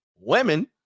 women